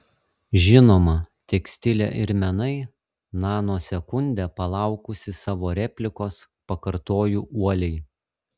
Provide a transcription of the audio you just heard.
žinoma tekstilė ir menai nanosekundę palaukusi savo replikos pakartoju uoliai